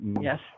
Yes